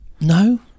no